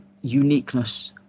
uniqueness